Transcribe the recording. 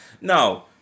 No